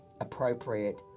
appropriate